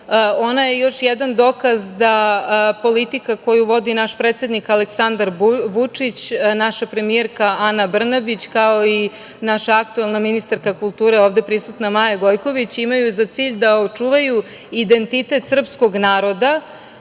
Ona je još jedan dokaz da politika koju vodi naš predsednik Aleksandar Vučić, naša premijerka Ana Brnabić, kao i naša aktuelna ministarka kulture, ovde prisutna Maja Gojković, imaju za cilj da očuvaju identitet srpskog naroda,